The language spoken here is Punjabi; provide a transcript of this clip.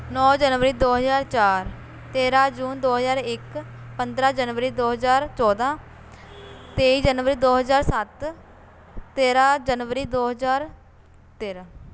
ਨੌਂ ਜਨਵਰੀ ਦੋ ਹਜ਼ਾਰ ਚਾਰ ਤੇਰ੍ਹਾਂ ਜੂਨ ਦੋ ਹਜ਼ਾਰ ਇੱਕ ਪੰਦਰ੍ਹਾਂ ਜਨਵਰੀ ਦੋ ਹਜ਼ਾਰ ਚੌਦ੍ਹਾਂ ਤੇਈ ਜਨਵਰੀ ਦੋ ਹਜ਼ਾਰ ਸੱਤ ਤੇਰ੍ਹਾਂ ਜਨਵਰੀ ਦੋ ਹਜ਼ਾਰ ਤੇਰ੍ਹਾਂ